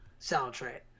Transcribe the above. soundtrack